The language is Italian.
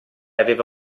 aveva